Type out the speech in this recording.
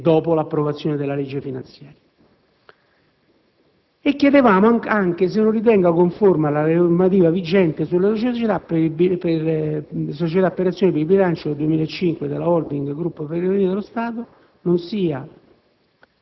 e dopo l'approvazione della legge finanziaria) e se non si riteneva conforme alla normativa vigente sulle società per azioni che il bilancio 2005 della *holding* gruppo Ferrovie dello Stato non